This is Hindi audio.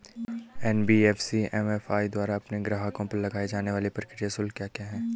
एन.बी.एफ.सी एम.एफ.आई द्वारा अपने ग्राहकों पर लगाए जाने वाले प्रक्रिया शुल्क क्या क्या हैं?